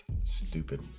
Stupid